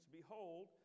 behold